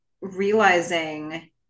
realizing